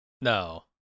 No